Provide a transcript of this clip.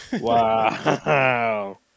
Wow